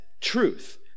truth